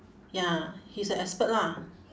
ya he's a expert lah